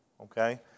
okay